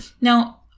Now